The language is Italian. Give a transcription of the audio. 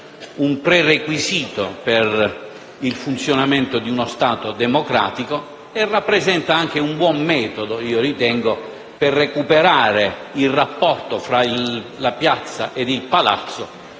un prerequisito per il funzionamento di uno Stato democratico e rappresenta anche un buon metodo per recuperare il rapporto fra la piazza e il palazzo,